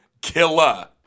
killer